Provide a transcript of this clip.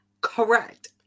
Correct